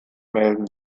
melden